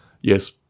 yes